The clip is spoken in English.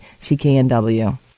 CKNW